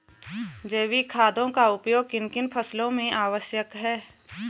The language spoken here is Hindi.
जैविक खादों का उपयोग किन किन फसलों में आवश्यक है?